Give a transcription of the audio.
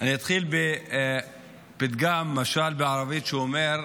אני אתחיל בפתגם, משל בערבית שאומר: